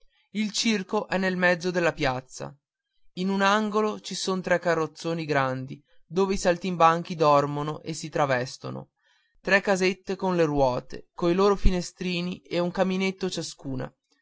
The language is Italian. il circo è nel mezzo della piazza e in un angolo ci son tre carrozzoni grandi dove i saltimbanchi dormono e si travestono tre casette con le ruote coi loro finestrini e un caminetto ciascuna